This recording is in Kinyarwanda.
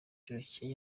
cyiciro